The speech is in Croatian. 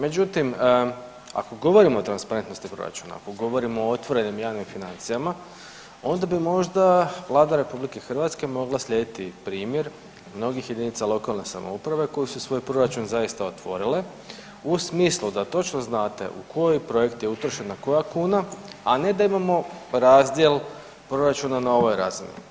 Međutim, ako govorimo o transparentnosti proračuna, govorimo o otvorenim javnim financijama onda bi možda Vlada Republike Hrvatske mogla slijediti primjer mnogih jedinica lokalne samouprave koje su svoj proračun zaista otvorile u smislu da točno znate u koji projekt je utrošena koja kuna, a ne da imamo razdjel proračuna na ovoj razini.